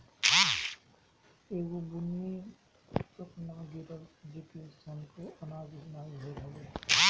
एगो बुन्नी तक ना गिरल जेसे तनिको आनाज नाही भइल हवे